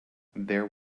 there